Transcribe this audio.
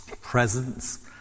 presence